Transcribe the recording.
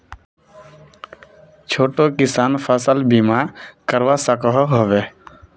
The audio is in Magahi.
छोटो किसान फसल बीमा करवा सकोहो होबे?